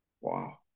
Wow